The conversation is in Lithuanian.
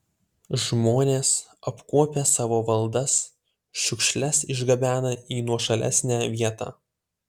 žmonės apkuopę savo valdas šiukšles išgabena į nuošalesnę vietą